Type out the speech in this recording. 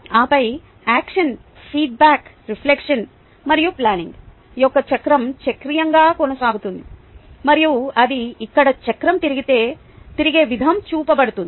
ఆపై action feedback reflection మరియు planning యొక్క చక్రం చక్రీయంగా కొనసాగుతుంది మరియు అది ఇక్కడ చక్రం తిరిగే విధంగా చూపబడుతుంది